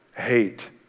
hate